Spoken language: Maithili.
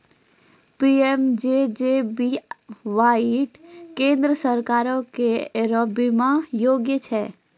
पी.एम.जे.जे.बी.वाई केन्द्र सरकारो के एगो बीमा योजना छै